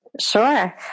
Sure